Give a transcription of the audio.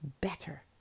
better